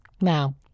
Now